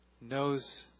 knows